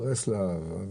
ברסלב.